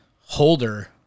holder